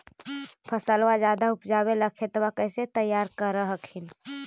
फसलबा ज्यादा उपजाबे ला खेतबा कैसे तैयार कर हखिन?